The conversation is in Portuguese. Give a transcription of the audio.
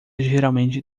geralmente